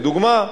לדוגמה,